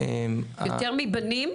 יותר מבנים?